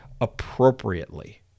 appropriately